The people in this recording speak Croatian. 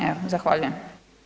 Evo zahvaljujem.